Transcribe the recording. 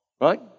Right